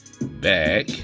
back